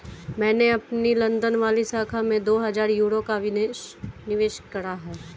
मैंने अपनी लंदन वाली शाखा में दो हजार यूरो का निवेश करा है